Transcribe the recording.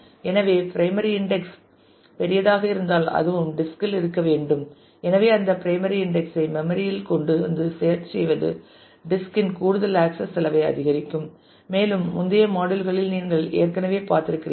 எனவே primary index பெரியதாக இருந்தால் அதுவும் டிஸ்க்கில் இருக்க வேண்டும் எனவே அந்த பிரைமரி இன்டெக்ஸ் ஐ மெம்மரி இல் கொண்டு வந்து சேர்ச் செய்வது டிஸ்க் இன் கூடுதல் ஆக்சஸ் செலவை அதிகரிக்கும் மேலும் முந்தைய மாடியுல் களில் நீங்கள் ஏற்கனவே பார்த்திருக்கிறீர்கள்